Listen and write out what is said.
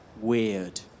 Weird